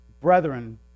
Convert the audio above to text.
Brethren